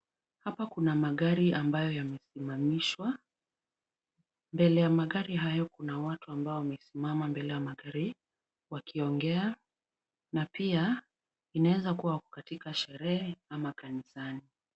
Hapa kuna magari ambayo yamesimamishwa . Mbele ya magari hayo kuna watu ambao wamesimama mbele ya magari wakiongea na pia inaweza kuwa wako katika sherehe ama kanisani.